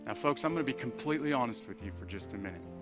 ah folks i'm gonna be completely honest with you for just a minute